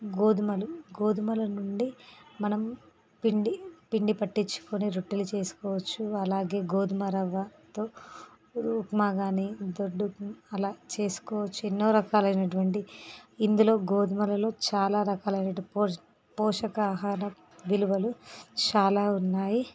గోధుమలు గోధుమల నుండి మనం పిండి పిండి పట్టించుకుని రొట్టెలు చేసుకోవచ్చు అలాగే గోధుమ రవతో ఉప్మాకానీ దొడ్డు అలా చేసుకోవచ్చు ఎన్నో రకాలైనటువంటి ఇందులో గోధుమలలో చాలా రకాలైనటువంటి పోషకాహార విలువలు చాలా ఉన్నాయి